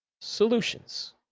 solutions